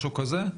משהו כזה?